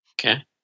Okay